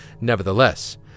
Nevertheless